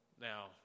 Now